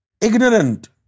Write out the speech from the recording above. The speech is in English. Ignorant